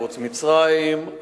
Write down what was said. ערוץ מצרים,